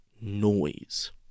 noise